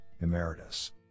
Emeritus